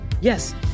yes